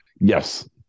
Yes